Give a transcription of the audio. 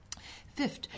Fifth